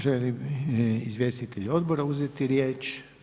Žele li izvjestitelji odbora uzeti riječ?